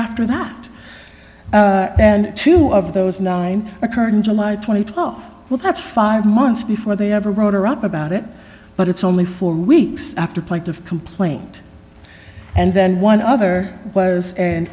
after that and two of those nine occurred in july th well that's five months before they ever wrote her up about it but it's only four weeks after plenty of complaint and then one other was an